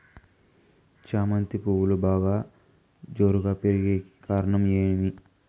చామంతి పువ్వులు బాగా జోరుగా పెరిగేకి కారణం ఏమి?